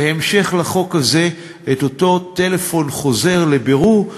זה המשך לחוק הזה: את אותו טלפון חוזר לבירור,